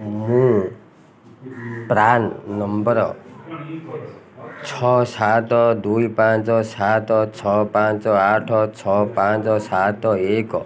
ମୁଁ PRAN number ଛଅ ସାତ ଦୁଇ ପାଞ୍ଚ ସାତ ଛଅ ପାଞ୍ଚ ଆଠ ଛଅ ପାଞ୍ଚ ସାତ ଏକ